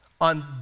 on